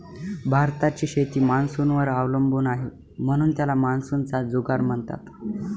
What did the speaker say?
भारताची शेती मान्सूनवर अवलंबून आहे, म्हणून त्याला मान्सूनचा जुगार म्हणतात